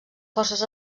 forces